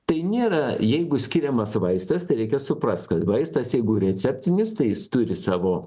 tai nėra jeigu skiriamas vaistas tai reikia suprast kad vaistas jeigu receptinis tai jis turi savo